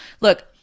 look